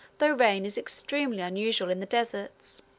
though rain is extremely unusual in the deserts.